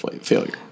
failure